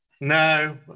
no